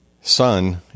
Son